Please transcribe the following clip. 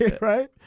right